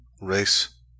race